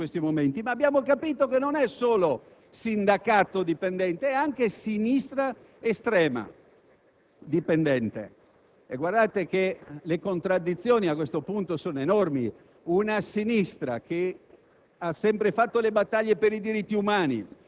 Abbiamo capito di essere governati da un Governo sindacato-dipendente: come sapete, c'è chi è dipendente da tante sostanze; il nostro Governo, invece, è sindacato‑dipendente. Non si sarebbe mai potuta giustificare